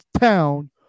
town